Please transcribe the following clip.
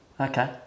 Okay